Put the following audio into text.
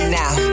now